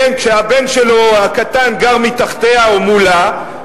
כשהבן שלו הקטן גר מתחתיה או מולה,